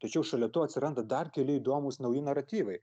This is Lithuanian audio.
tačiau šalia to atsiranda dar keli įdomūs nauji naratyvai